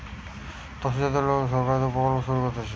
তপসিলি জাতির লোকদের লিগে সরকার থেকে প্রকল্প শুরু করতিছে